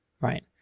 Right